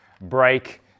break